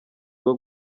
bwo